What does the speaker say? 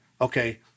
okay